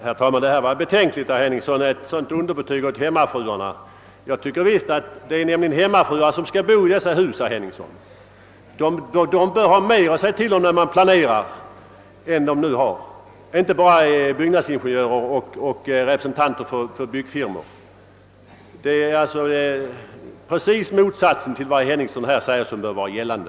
Herr talman! Det är betänkligt att herr Henningsson ger hemmafruarna ett sådant underbetyg. Ty det är ju hemmafruar som skall bo i dessa hus, herr Henningsson, och de bör ha mer att säga till om när det gäller planeringen än de nu har. Härvidlag skall inte bara byggnadsingenjörer och representanter för byggfirmor bestämma. Det är alltså precis motsatsen till vad herr Henningsson säger som bör vara gällande.